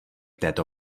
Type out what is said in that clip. této